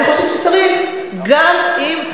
אני חושבת שצריך גם אם,